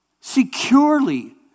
securely